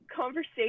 Conversation